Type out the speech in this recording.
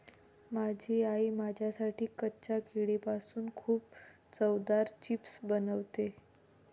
माझी आई माझ्यासाठी कच्च्या केळीपासून खूप चवदार चिप्स बनवते